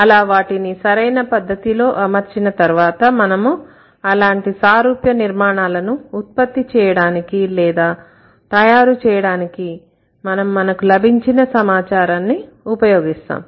అలా వాటిని సరైన పద్ధతిలో అమర్చిన తర్వాత మనము అలాంటి సారూప్య నిర్మాణాలను ఉత్పత్తి చేయడానికి లేదా తయారుచేయడానికి మనము మనకు లభించిన సమాచారాన్ని ఉపయోగిస్తాం